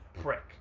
prick